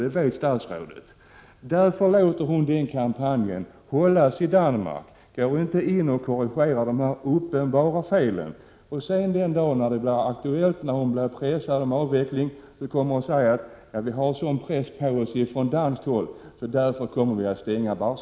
Statsrådet vet detta, och därför låter hon kampanjen i Danmark hållas, och hon går inte in och korrigerar de uppenbara felen. Den dag det blir aktuellt med avveckling och hon blir pressad kommer hon att säga att det är en sådan press på Sverige från Danmark att Barsebäck därför kommer att stängas.